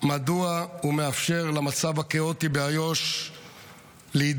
מדוע הוא מאפשר למצב הכאוטי באיו"ש להידרדר.